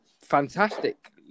fantastic